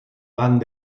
banc